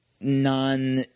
non –